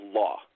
law